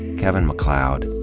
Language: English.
kevin macleod,